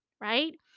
right